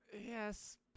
Yes